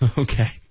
okay